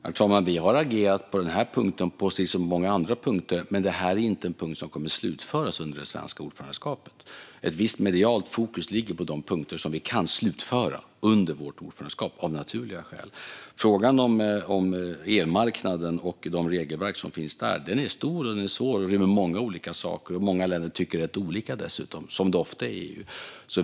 Herr talman! Vi har agerat på denna punkt, precis som på många andra punkter. Men detta är inte en punkt som kommer att slutföras under det svenska ordförandeskapet. Ett visst medialt fokus ligger av naturliga skäl på de punkter som vi kan slutföra under vårt ordförandeskap. Frågan om elmarknaden och de regelverk som finns där är stor och svår och rymmer många olika saker. Dessutom tycker många länder rätt olika, som det ofta är i EU.